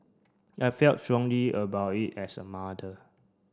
I felt strongly about it as a mother